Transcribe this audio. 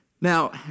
Now